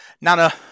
Nana